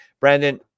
Brandon